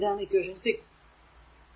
ഇതാണ് ഇക്വേഷൻ 6 ആണ്